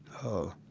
oh,